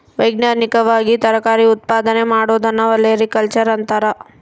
ವೈಜ್ಞಾನಿಕವಾಗಿ ತರಕಾರಿ ಉತ್ಪಾದನೆ ಮಾಡೋದನ್ನ ಒಲೆರಿಕಲ್ಚರ್ ಅಂತಾರ